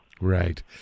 Right